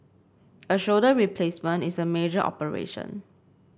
a shoulder replacement is a major operation